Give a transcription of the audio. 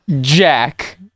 jack